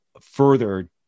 further